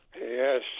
Yes